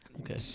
Okay